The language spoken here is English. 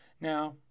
Now